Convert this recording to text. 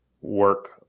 work